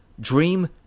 Dream